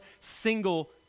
single